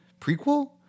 prequel